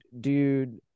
dude